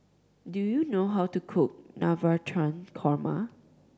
do you know how to cook Navratan Korma